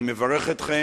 אני מברך אתכם,